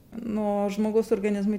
nu o žmogaus organizmui